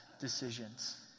decisions